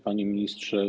Panie Ministrze!